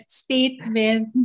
statement